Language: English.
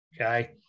okay